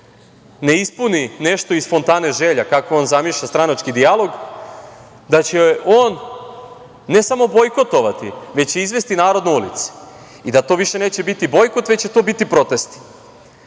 ne ispuni nešto iz fontane želja, kako on zamišlja stranački dijalog, ne samo bojkotovati, već i izvesti narod na ulice i da to više neće biti bojkot, već će to biti protesti